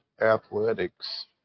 athletics